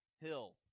hill